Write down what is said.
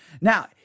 Now